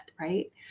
Right